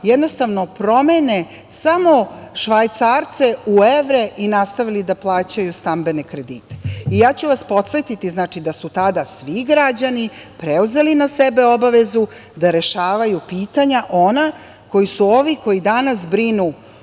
jednostavno, promene samo švajcarce u evre i nastavili da plaćaju stambene kredite. Ja ću vas podsetiti da su tada svi građani preuzeli na sebe obavezu da rešavaju pitanja koja su ovi koji danas brinu